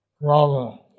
Rama